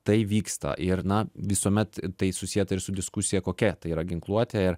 tai vyksta ir na visuomet tai susieta ir su diskusija kokia tai yra ginkluotė ir